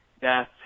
death